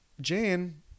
Jane